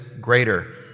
greater